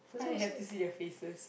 I have to see the faces